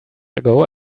ago